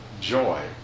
joy